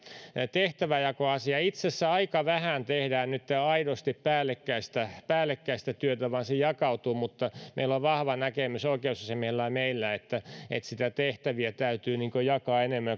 tehtäväjakoasiaa itse asiassa aika vähän tehdään nyt aidosti päällekkäistä päällekkäistä työtä vaan se jakautuu mutta meillä on vahva näkemys oikeusasiamiehellä ja meillä että että niitä tehtäviä täytyy jakaa enemmän